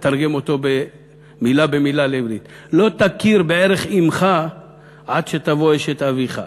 אבל אתרגם אותו מילה במילה לעברית: לא תכיר בערך אמך עד שתבוא אשת אביך.